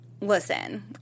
listen